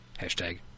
Hashtag